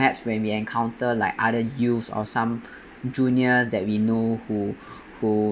~haps when we encounter like other youth or some juniors that we know who who